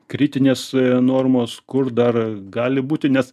kritinės normos kur dar gali būti nes